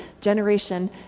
generation